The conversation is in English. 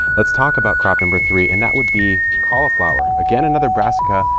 let's talk about crop number three, and that would be cauliflower. again, another brassica,